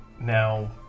now